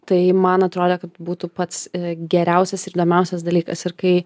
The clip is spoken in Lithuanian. tai man atrodė kad būtų pats geriausias ir įdomiausias dalykas ir kai